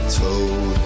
told